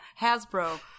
Hasbro